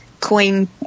Queen